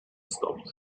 stopped